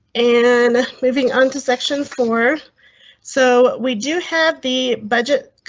and living under section four so we do have the budget.